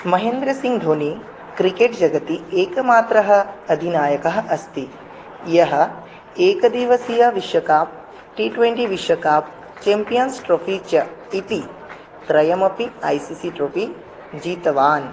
Mahendra Singh Dhoni cricket जगति एकमात्रः अधिनायकः अस्ति यः एकदिवसीयविश्वकाप् टी ट्वेण्टी विश्वकाप् चेम्पियन्स् ट्रोफी च इति त्रयमपि ऐ सी सी ट्रोफी जितवान्